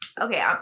okay